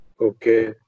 Okay